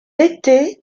étés